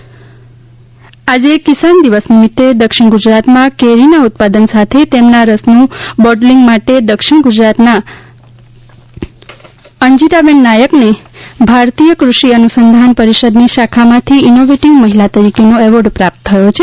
કિસાન દિવસ આજે કિસાન દિવસ નિમિતે દક્ષિણ ગુજરાતમાં કેરીના ઉત્પાદન સાથે તેના રસનું બોટલીંગ માટે દક્ષિણ ગુજરાતના અંજીતાબેન સંજીવભાઇ નાયકને ભારતીય કૃષિ અનુસંધાન પરિષદની શાખામાંથી ઇનોવેટીવ મહિલા તરીકેનો એવોર્ડ પ્રાપ્ત થયો છે